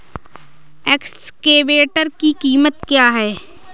Excavator की कीमत क्या है?